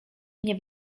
nie